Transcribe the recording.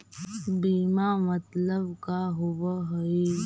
बीमा मतलब का होव हइ?